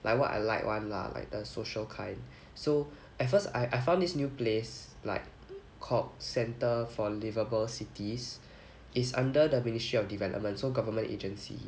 like what I like [one] lah like the social kind so at first I I found this new place like called centre for liveable cities is under the ministry of development so government agency